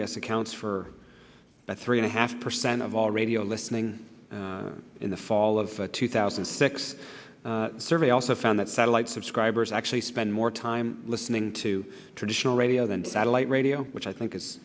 guess accounts for about three and a half percent of all radio listening in the fall of two thousand and six survey also found that satellite subscribers actually spend more time listening to traditional radio than satellite radio which i think i